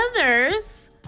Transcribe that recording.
others